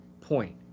point